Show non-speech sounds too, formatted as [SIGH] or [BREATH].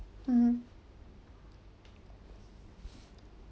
mmhmm [BREATH]